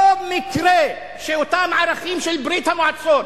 לא מקרה שאותם ערכים של ברית-המועצות,